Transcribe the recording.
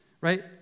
Right